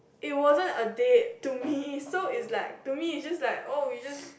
it wasn't a date to me so is like to me it's just like oh it's just